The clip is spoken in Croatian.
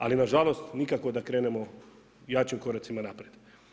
Ali, nažalost, nikako da krenemo, jačim koracima naprijed.